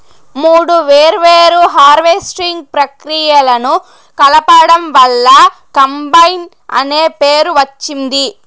మూడు వేర్వేరు హార్వెస్టింగ్ ప్రక్రియలను కలపడం వల్ల కంబైన్ అనే పేరు వచ్చింది